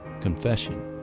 confession